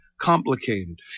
complicated